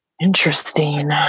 Interesting